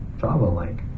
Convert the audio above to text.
java-like